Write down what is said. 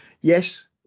yes